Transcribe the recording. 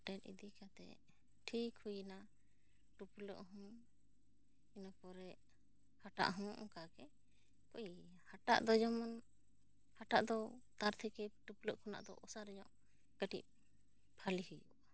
ᱯᱟᱴᱮᱱ ᱤᱫᱤ ᱠᱟᱛᱮ ᱴᱷᱤᱠ ᱦᱩᱭ ᱮᱱᱟ ᱴᱩᱯᱞᱟᱹᱜ ᱦᱚᱸ ᱤᱱᱟᱹ ᱯᱚᱨᱮ ᱦᱟᱴᱟᱜ ᱦᱚᱸ ᱚᱱᱠᱟ ᱜᱮ ᱦᱩᱭ ᱦᱟᱴᱟᱜ ᱫᱚ ᱡᱮᱢᱚᱱ ᱦᱟᱴᱟᱜ ᱫᱚ ᱛᱟᱨ ᱛᱷᱮᱜᱮ ᱴᱩᱯᱞᱟᱹᱜ ᱠᱷᱚᱱᱟᱜ ᱫᱚ ᱚᱥᱟᱨ ᱧᱚᱸᱜ ᱠᱟᱹᱴᱤᱡ ᱵᱷᱟᱞᱮ ᱦᱩᱭᱩᱜᱼᱟ